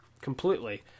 completely